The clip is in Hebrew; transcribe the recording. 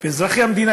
ואזרחי המדינה,